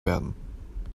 werden